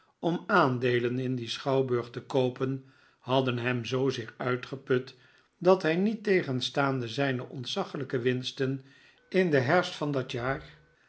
om aandeelen in dien schouwburg te koopen hadden hem zoozeer uitgeput dathij niettegenstaande zijne ontzaglijke winsten in den herfst van dat jaar